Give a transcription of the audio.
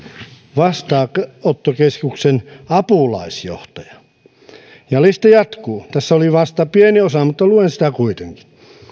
vastaanottokeskuksen apulaisjohtaja ja lista jatkuu tässä oli vasta pieni osa mutta luen sitä kuitenkin